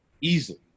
Easily